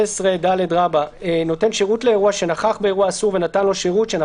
(12ד) נותן שירות לאירוע שנכח באירוע אסור ונתן לו שירות לאירוע,